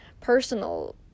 personal